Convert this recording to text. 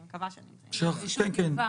אני מקווה שאני --- והם נמצאים איתנו.